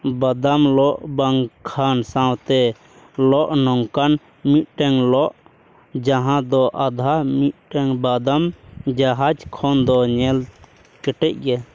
ᱵᱟᱫᱚᱢ ᱞᱟᱹᱣᱠᱟᱹ ᱵᱟᱝᱠᱷᱟᱱ ᱥᱟᱶᱛᱮ ᱞᱟᱹᱣᱠᱟᱹ ᱱᱚᱝᱠᱟᱱ ᱢᱤᱫᱴᱟᱝ ᱞᱟᱹᱣᱠᱟᱹ ᱡᱟᱦᱟᱸᱫᱚ ᱟᱫᱷᱟ ᱢᱤᱫᱴᱟᱝ ᱵᱟᱫᱚᱢ ᱡᱟᱦᱟᱡᱽ ᱠᱷᱚᱱᱫᱚ ᱧᱮᱞᱛᱮ ᱠᱮᱴᱮᱡ ᱜᱮᱭᱟ